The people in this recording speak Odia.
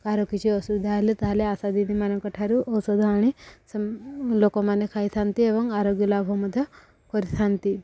କାହାର କିଛି ଅସୁବିଧା ହେଲେ ତାହେଲେ ଆଶା ଦିଦି ମାନଙ୍କ ଠାରୁ ଔଷଧ ଆଣି ଲୋକମାନେ ଖାଇଥାନ୍ତି ଏବଂ ଆରୋଗ୍ୟ ଲାଭ ମଧ୍ୟ କରିଥାନ୍ତି